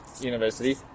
university